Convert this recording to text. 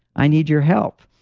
i need your help.